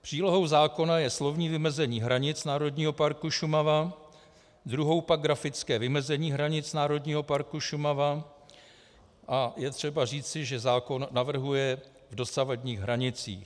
Přílohou zákona je slovní vymezení hranic Národního parku Šumava, druhou pak grafické vymezení hranic Národního parku Šumava a je třeba říci, že zákon navrhuje dosavadní hranici.